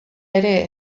ere